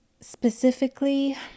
specifically